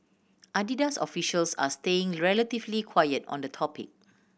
Adidas officials are staying relatively quiet on the topic